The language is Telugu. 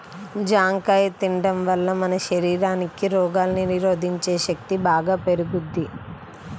జాంకాయ తిండం వల్ల మన శరీరానికి రోగాల్ని నిరోధించే శక్తి బాగా పెరుగుద్ది